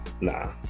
Nah